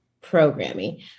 programming